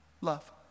love